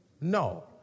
No